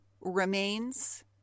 remains